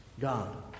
God